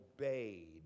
obeyed